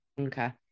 Okay